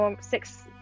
six